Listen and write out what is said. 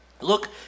Look